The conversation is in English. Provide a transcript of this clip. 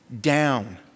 down